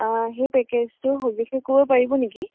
সেই পেকেজটো সবিশেষ ক'ব পাৰিব নেকি